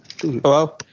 hello